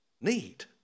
need